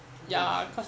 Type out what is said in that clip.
yes yes